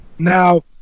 Now